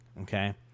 Okay